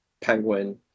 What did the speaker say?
Penguin